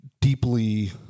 deeply